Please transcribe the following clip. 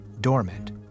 dormant